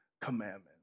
commandment